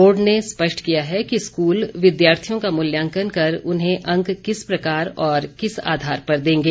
board ने स्पष्ट किया है कि स्कूल विद्यार्थियों का मूल्यांकन कर उन्हें अंक किस प्रकार और किस आधार पर देंगे